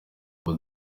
ubu